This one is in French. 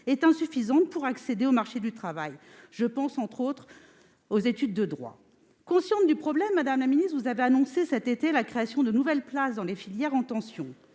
est insuffisante pour accéder au marché du travail. Je pense notamment aux études de droit. Consciente du problème, vous avez annoncé cet été la création de nouvelles places dans les filières en tension.